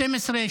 12,